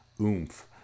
oomph